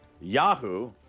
Yahoo